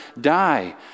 die